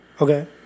Okay